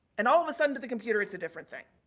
and all the sudden, to the computer, it's a different thing.